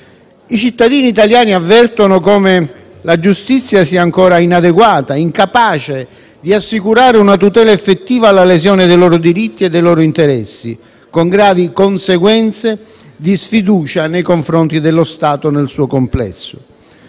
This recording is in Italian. I cittadini italiani avvertono come la giustizia sia ancora inadeguata e incapace di assicurare una tutela effettiva alla lesione dei loro diritti e dei loro interessi, con gravi conseguenze di sfiducia nei confronti dello Stato nel suo complesso.